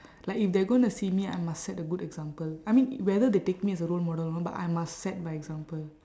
like if they are gonna see me I must set a good example I mean whether they take me as a role model I don't know but I must set by example